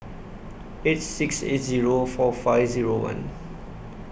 eight six eight Zero four five Zero one